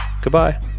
Goodbye